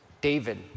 David